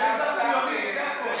אג'נדה ציונית, זה הכול.